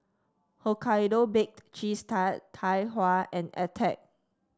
Hokkaido Baked Cheese Tart Tai Hua and Attack